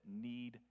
need